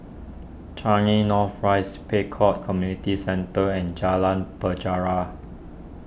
Changi North Rise Pek Kio Community Centre and Jalan Penjara